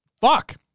Fuck